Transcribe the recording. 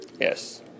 yes